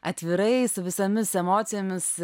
atvirai su visomis emocijomis